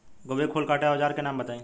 गोभी के फूल काटे के औज़ार के नाम बताई?